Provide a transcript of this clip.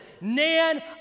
Nan